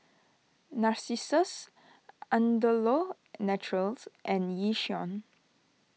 Narcissus Andalou Naturals and Yishion